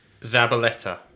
Zabaleta